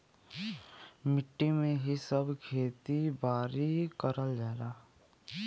मट्टी में ही सब खेती बारी करल जाला